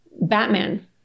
Batman